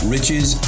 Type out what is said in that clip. Riches